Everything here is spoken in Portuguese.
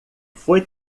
foi